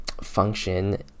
function